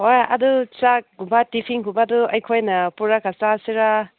ꯍꯣꯏ ꯑꯗꯨ ꯆꯥꯛꯀꯨꯝꯕ ꯇꯤꯐꯤꯟꯒꯨꯝꯕꯗꯨ ꯑꯩꯈꯣꯏꯅ ꯄꯨꯔꯒ ꯆꯥꯁꯤꯔ